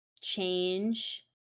change